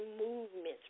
movements